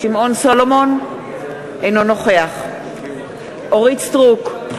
סולומון, אינו נוכח אורית סטרוק,